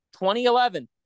2011